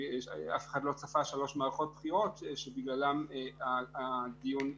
אף אחד לא צפה שלוש מערכות בחירות שבגללן הדיון התעכב.